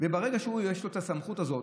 וברגע שיש לו את הסמכות הזאת,